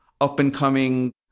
up-and-coming